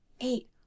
eight